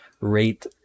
rate